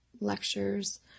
lectures